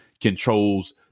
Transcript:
controls